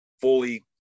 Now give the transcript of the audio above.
fully